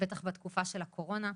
בטח בתקופה של הקורונה.